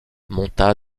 monta